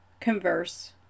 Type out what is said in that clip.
converse